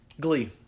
Glee